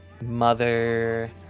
mother